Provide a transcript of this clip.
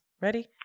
ready